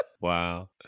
Wow